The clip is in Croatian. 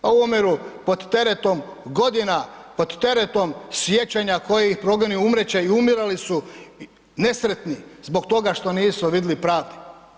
Pa umiru pod teretom godina, pod teretom sjećanja koje ih progoni i umrijet će, i umirali su nesretni zbog toga što nisu vidli pravde.